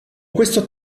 questo